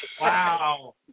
Wow